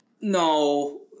no